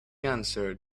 answer